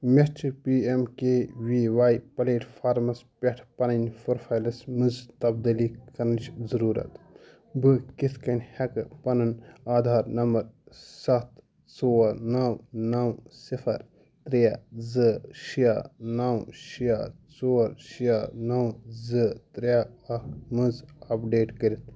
مےٚ چھ P M K V Y platforms پٮ۪ٹھ پنٕنۍ پرٛوفایلس منٛز تبدیٖلی کرنٕچ ضروٗرت بہٕ کتھ کٔنۍ ہیٚکہٕ پنُن آدھار نمبر سَتھ ژور نَو نَو صِفر ترٛےٚ زٕ شےٚ نَو شےٚ ژور شےٚ نَو زٕ ترٛےٚ اکھ منٛز اَپڈیٹ کٔرتھ